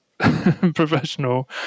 Professional